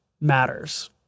matters